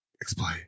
Explain